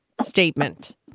statement